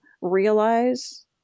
realize